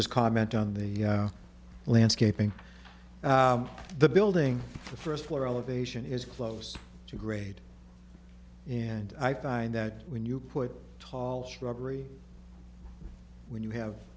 just comment on the landscaping the building the first floor elevation is close to grade and i find that when you put a tall shrubbery when you have